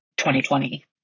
2020